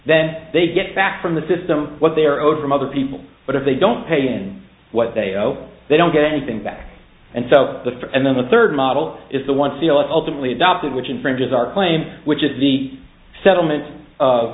then they get back from the system what they're owed from other people but if they don't pay you and what they owe they don't get anything back and so the for and then the third model is the one steal it ultimately adopted which infringes our claim which is the settlement